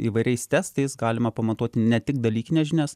įvairiais testais galima pamatuoti ne tik dalykines žinias